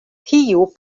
kio